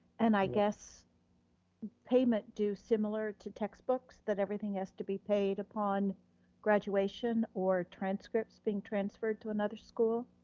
and i guess payment due similar to textbooks, that everything has to be paid upon graduation or transcripts being transferred to another school?